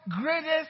greatest